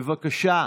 בבקשה.